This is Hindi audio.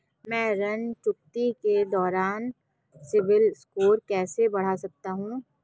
मैं ऋण चुकौती के दौरान सिबिल स्कोर कैसे बढ़ा सकता हूं?